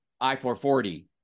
I-440